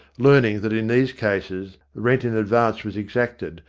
learning that in these cases rent in advance was exacted,